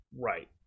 Right